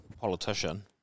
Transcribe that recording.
politician